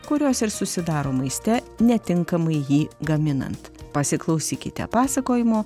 kurios ir susidaro maiste netinkamai jį gaminant pasiklausykite pasakojimo